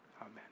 Amen